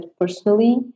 personally